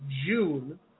June